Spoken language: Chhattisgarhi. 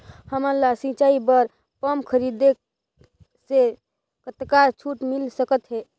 हमन ला सिंचाई बर पंप खरीदे से कतका छूट मिल सकत हे?